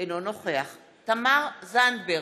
אינו נוכח תמר זנדברג,